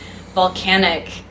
volcanic